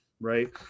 Right